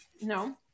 no